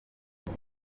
ubu